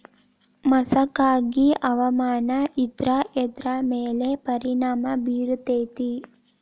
ಮಸಕಾಗಿ ಹವಾಮಾನ ಇದ್ರ ಎದ್ರ ಮೇಲೆ ಪರಿಣಾಮ ಬಿರತೇತಿ?